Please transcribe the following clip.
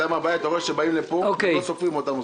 אבל אתה רואה שנציגי המשרדים באים לפה ולא סופרים אותנו.